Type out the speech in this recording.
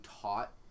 taught